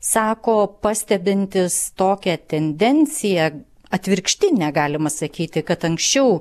sako pastebintis tokią tendenciją atvirkštinę galima sakyti kad anksčiau